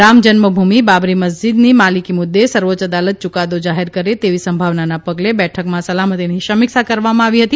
રામજન્મ ભૂમિ બાબરી મસ્જીદની માલિકી મુદ્દે સર્વોચ્ય અદાલત યુકાદો જાહેર કરે તેવી સંભાવનાના પગલે બેઠકમાં સલામતીની સમીક્ષા કરવામાં આવી હતી